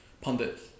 pundits